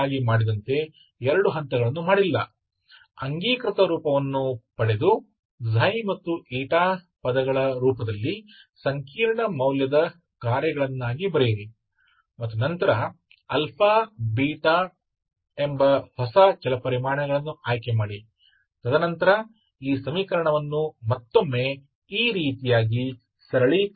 canonical रूप प्राप्त करें ξ और η के पदों में समीकरण को कम करें जहां और जटिल मूल्यवान फंक्शंस ξ और η हैं और फिर नए चर αβ चुनें और फिर उस समीकरण को इस तरह एक और रूप में कम करें